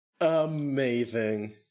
Amazing